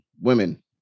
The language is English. women